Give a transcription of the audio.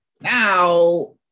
Now